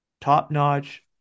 top-notch